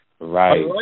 Right